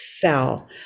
fell